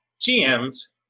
GMs